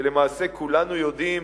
כשלמעשה כולנו יודעים